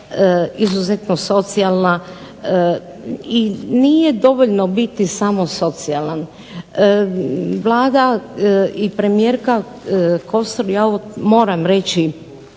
izuzetno socijalna i nije dovoljno biti samo socijalan. Vlada i premijerka Kosor ja ovo moram reći